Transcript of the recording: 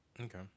Okay